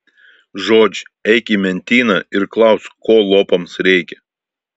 žodž eik į mentyną ir klausk ko lopams reikia